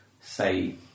Say